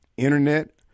internet